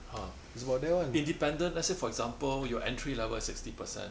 !huh! independent let's say for example your entry level is sixty percent